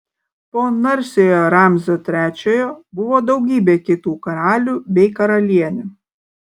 po narsiojo ramzio trečiojo buvo daugybė kitų karalių bei karalienių